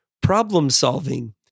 problem-solving